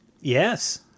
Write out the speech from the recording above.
Yes